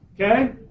okay